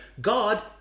God